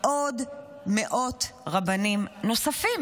עוד מאות רבנים נוספים.